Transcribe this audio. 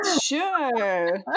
sure